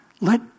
let